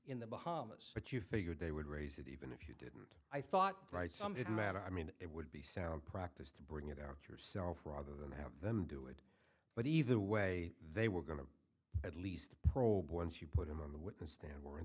in the bahamas but you figured they would raise it even if it meant i thought right some didn't matter i mean it would be sound practice to bring it out yourself rather than have them do it but either way they were going to at least probe once you put him in the witness and were